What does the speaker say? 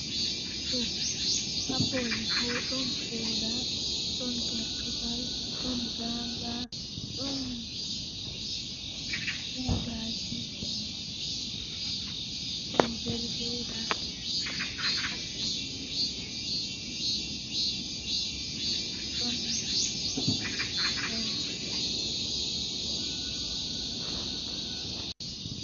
Taalel taalel jannata booyel, Woodi goygoy wa feere don hula nastugo nder nyibre kanko ko nder sei ni odon joodi haa babal laddum oyida nastugo babal nyibre to o nasti nder haske bo odon hulna bikkon nden bikkon wari faami oyida nder nyibre nyede go kan be itti kulol be nangi mo be habbi be sakkini mo haa nder nyibre man.